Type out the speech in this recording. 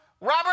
Robert